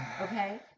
okay